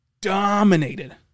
dominated